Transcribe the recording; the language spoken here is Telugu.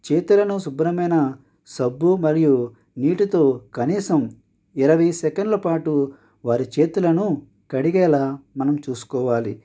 చేతులను శుభ్రమైన సబ్బు మరియు నీటితో కనీసం ఇరవై సెకండ్లపాటు వారి చేతులను కడిగేలా మనం చూసుకోవాలి